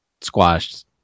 squashed